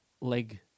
leg